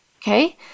okay